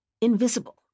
invisible